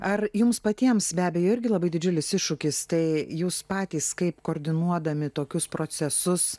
ar jums patiems be abejo irgi labai didžiulis iššūkis tai jūs patys kaip koordinuodami tokius procesus